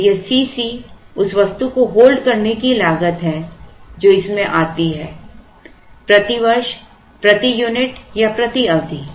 फिर यह C c उस वस्तु को hold करने की लागत है जो इसमें आती है प्रति वर्ष प्रति यूनिट या प्रति अवधि